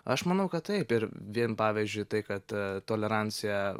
aš manau kad taip ir vien pavyzdžiui tai kad tolerancija